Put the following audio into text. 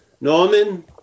Norman